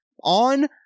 on